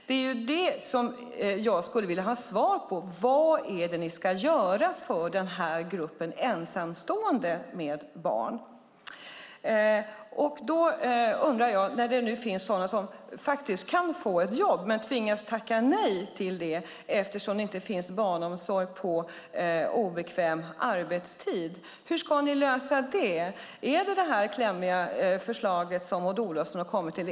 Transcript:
Det jag skulle vilja ha svar på är: Vad ska ni göra för gruppen ensamstående med barn? Det finns sådana som faktiskt kan få ett jobb men tvingas tacka nej till det eftersom det inte finns barnomsorg på obekväm arbetstid. Hur ska ni lösa det? Är det bara det klämmiga förslag som Maud Olofsson har kommit med?